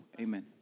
Amen